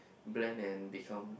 blend and become